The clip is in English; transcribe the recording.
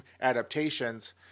adaptations